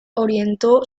orientó